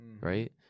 right